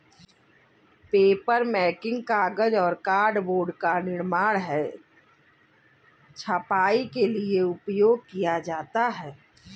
papermaking कागज और cardboard का निर्माण है छपाई के लिए उपयोग किया जाता है